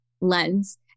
lens